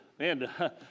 man